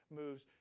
moves